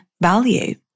value